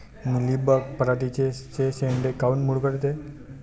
Mealybug पराटीचे चे शेंडे काऊन मुरगळते?